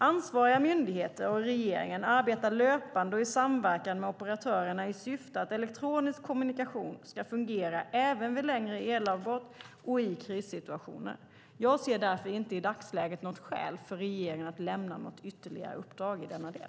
Ansvariga myndigheter och regeringen arbetar löpande och i samverkan med operatörerna i syfte att elektronisk kommunikation ska fungera även vid längre elavbrott och i krissituationer. Jag ser därför inte i dagsläget något skäl för regeringen att lämna något ytterligare uppdrag i denna del.